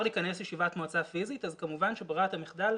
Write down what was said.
אפשר לכנס ישיבת מועצה פיזית אז כמובן שברירת המחדל,